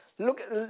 Look